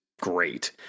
great